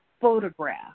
photograph